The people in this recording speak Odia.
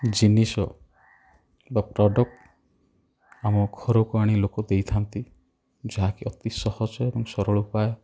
ଜିନିଷ ବା ପ୍ରଡ଼କ୍ଟ୍ ଆମ ଘରକୁ ଆଣି ଲୋକ ଦେଇଥାନ୍ତି ଯାହା କି ଅତି ସହଜ ଏବଂ ସରଳ ଉପାୟ